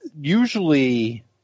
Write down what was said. usually